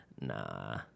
Nah